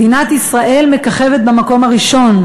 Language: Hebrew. מדינת ישראל מככבת במקום הראשון,